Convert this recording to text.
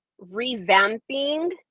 revamping